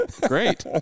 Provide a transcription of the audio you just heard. Great